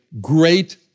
great